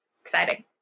Exciting